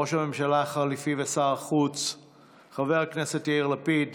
ראש הממשלה החליפי ושר החוץ חבר הכנסת יאיר לפיד,